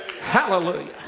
Hallelujah